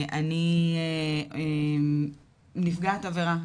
אני נפגעת עבירה,